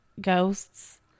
Ghosts